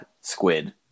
squid